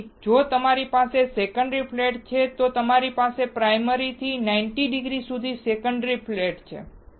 તેથી જો તમારી પાસે સેકન્ડરી ફ્લેટ છે તો તમારી પાસે પ્રાયમરી ફ્લેટ થી 90 ડિગ્રી સુધી સેકન્ડરી ફ્લેટ છે